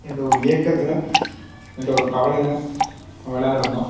என்ற ஒரு ஏக்கத்தில் என்ற ஒரு கவலையில் நம்ம எல்லோரும் இருந்தோம்